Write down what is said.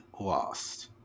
lost